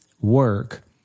work